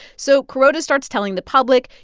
so kuroda starts telling the public,